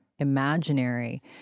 Imaginary